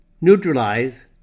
neutralize